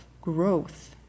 growth